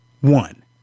one